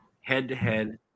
head-to-head